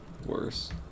worse